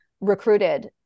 recruited